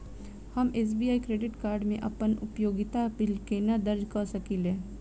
हम SBI credit card मे अप्पन उपयोगिता बिल केना दर्ज करऽ सकलिये?